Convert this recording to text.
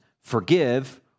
forgive